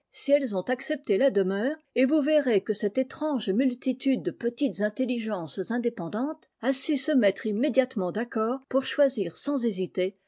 elles ont accepté la demeure et vous verrez que cette étrange multitude de petites intelligences indépendantes a su se mettre immédiatement d'accord pour choisir sans hésiter